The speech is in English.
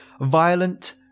violent